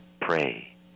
pray